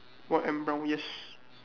white and brown yes